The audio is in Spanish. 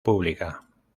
pública